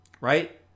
right